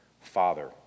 father